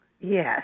Yes